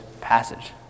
passage